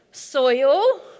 Soil